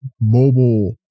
mobile